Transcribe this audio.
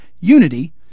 unity